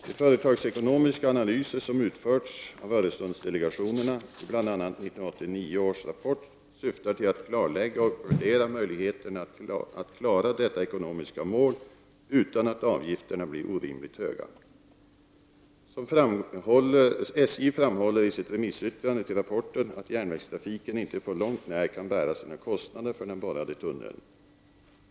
De företagsekonomiska analyser som utförts av Öresundsdelegationerna i bl.a. 1989 års rapport syftar till att klarlägga och värdera möjligheterna att klara detta ekonomiska mål utan att avgifterna blir orimligt höga. SJ framhåller i sitt remissyttrande till rapporten att järnvägstrafiken inte på långt när kan bära sina kostnader för den borrade tunneln.